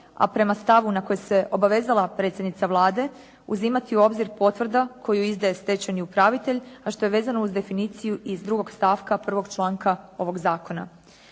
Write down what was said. a prema stavu na koji se obavezala predsjednica Vlade uzimati u obzir potvrda koju izdaje stečajni upravitelj, a što je vezano uz definiciju iz drugog stavka prvog članka ovog zakona.